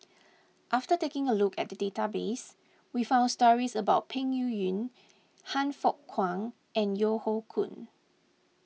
after taking a look at the database we found stories about Peng Yuyun Han Fook Kwang and Yeo Hoe Koon